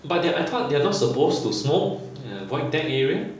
but they're I thought they're not supposed to smoke ah void deck area